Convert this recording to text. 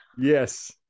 yes